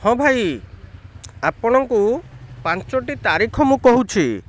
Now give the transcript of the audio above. ହଁ ଭାଇ ଆପଣଙ୍କୁ ପାଞ୍ଚଟି ତାରିଖ ମୁଁ କହୁଛି